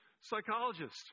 psychologist